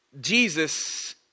Jesus